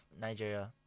Nigeria